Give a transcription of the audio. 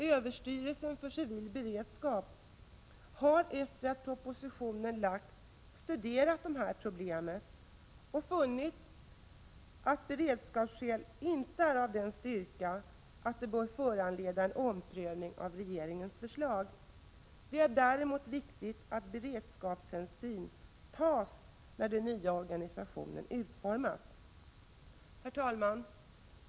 Överstyrelsen för civil beredskap har efter det att propositionen lagts fram studerat problemet och funnit att beredskapsskälen inte är av sådan styrka att de bör föranleda en omprövning av regeringens förslag. Det är däremot viktigt att beredskapshänsyn tas när den nya organisationen utformas. Herr talman!